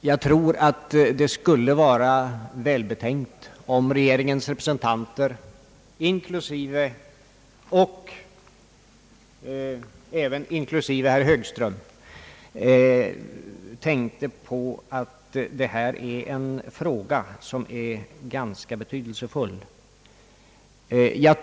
Jag tror att det skulle vara välbetänkt om regeringens representanter, jämte herr Högström, tänkte på att detta är en ganska betydelsefull fråga.